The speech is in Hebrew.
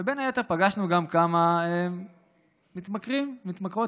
ובין היתר פגשנו גם כמה מתמכרים ומתמכרות,